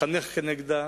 לחנך כנגדה